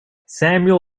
samuel